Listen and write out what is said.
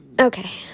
Okay